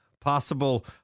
possible